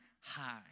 high